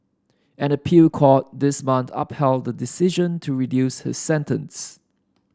an appeal court this month upheld the decision to reduce his sentence